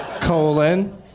Colon